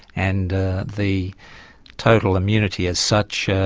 and the the total immunity, as such,